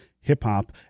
hip-hop